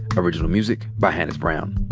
original music by hannis brown.